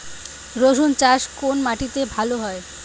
রুসুন চাষ কোন মাটিতে ভালো হয়?